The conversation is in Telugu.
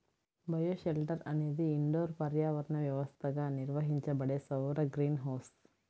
బయోషెల్టర్ అనేది ఇండోర్ పర్యావరణ వ్యవస్థగా నిర్వహించబడే సౌర గ్రీన్ హౌస్